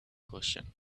question